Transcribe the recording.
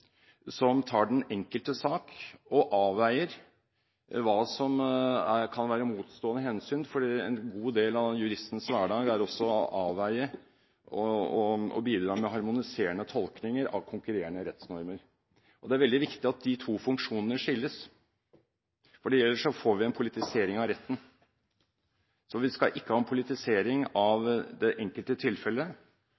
som tar den enkelte sak og avveier hva som kan være motstående hensyn, for en god del av juristens hverdag er også å avveie og bidra med harmoniserende tolkninger av konkurrerende rettsnormer. Det er veldig viktig at de to funksjonene skilles, for ellers får vi en politisering av retten. Så vi skal ikke ha en politisering av